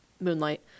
moonlight